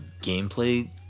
gameplay